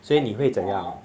所以你会怎样